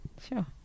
Sure